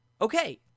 Okay